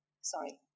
sorry